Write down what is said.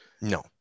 No